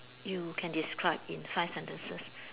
you can describe in five sentences